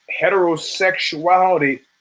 heterosexuality